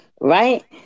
right